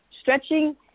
stretching